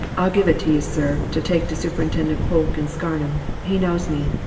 i'll give it to you, sir, to take to superintendent polke in scarnham he knows me.